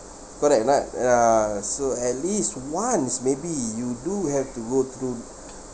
correct or not ya so at least once maybe you do have to go through